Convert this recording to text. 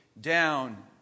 down